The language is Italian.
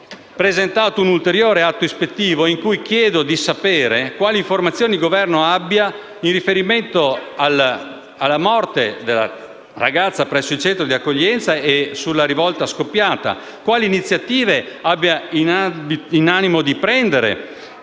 presentato un ulteriore atto di sindacato ispettivo, in cui chiedo di sapere quali informazioni il Governo abbia in riferimento alla morte della ragazza presso il centro di accoglienza e sulla rivolta scoppiata; quali iniziative abbia in animo di adottare